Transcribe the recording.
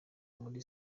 muri